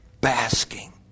basking